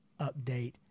update